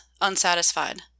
unsatisfied